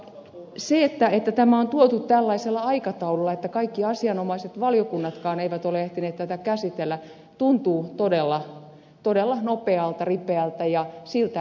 se että tämä on tuotu tällaisella aikataululla että kaikki asianomaiset valiokunnatkaan eivät ole ehtineet tätä käsitellä tuntuu todella nopealta ripeältä menettelyltä